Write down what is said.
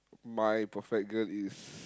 my perfect girl is